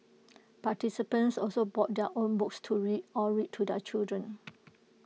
participants also brought their own books to read or read to their children